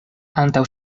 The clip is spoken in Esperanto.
antaŭ